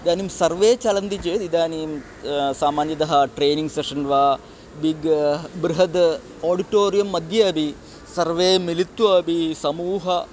इदानीं सर्वे चलन्ति चेत् इदानीं सामान्यतः ट्रैनिङ्ग् सेशन् वा बिग् बृहद् आडिटोरियम्मध्ये अपि सर्वे मिलित्वा अपि समूहे